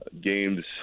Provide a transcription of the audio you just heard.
games